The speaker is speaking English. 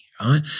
right